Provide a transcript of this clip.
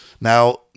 Now